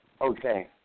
Okay